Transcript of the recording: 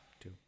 Two